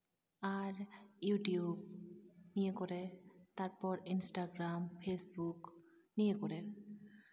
ᱟᱨ YouTube ᱱᱤᱭᱟᱹ ᱠᱚᱨᱮᱫ ᱛᱟᱨᱯᱚᱨ ᱤᱱᱥᱴᱟᱜᱨᱟᱢ ᱯᱷᱮᱥᱵᱩᱠ ᱱᱤᱭᱟᱹ ᱠᱚᱨᱮ